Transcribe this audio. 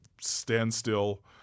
standstill